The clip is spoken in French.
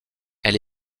elle